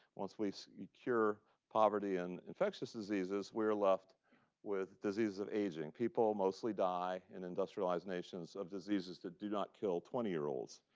once we we cure poverty and infectious diseases, we're left with diseases of aging. people mostly die in industrialized nations of diseases that do not kill twenty year olds.